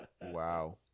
Wow